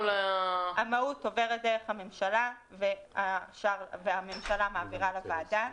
המהות עוברת דרך הממשלה והממשלה מעבירה לוועדה.